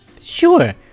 Sure